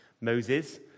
Moses